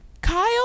Kyle